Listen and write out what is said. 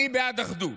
אני בעד אחדות.